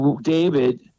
David